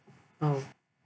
oh